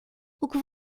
que